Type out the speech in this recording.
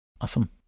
Awesome